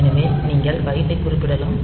எனவே நீங்கள் பைட்டைக் குறிப்பிடலாம்